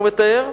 הוא מתאר: